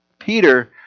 Peter